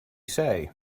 say